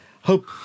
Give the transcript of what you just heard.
Hope